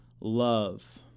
love